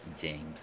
James